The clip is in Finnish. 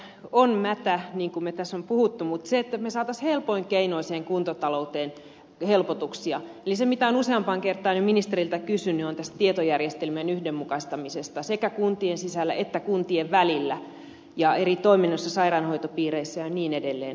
kuntatalous on mätä niin kuin me olemme tässä puhuneet mutta se miten saisimme helpoin keinoin kuntatalouteen helpotuksia ja mitä olen useampaan kertaan ministeriltä jo kysynyt on tietojärjestelmiä yhdenmukaistamalla sekä kuntien sisällä että kuntien välillä ja eri toiminnoissa sairaanhoitopiireissä ja niin edelleen